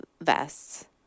vests